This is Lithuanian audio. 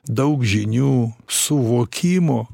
daug žinių suvokimo